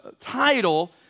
title